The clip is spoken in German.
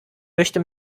möchte